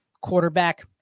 quarterback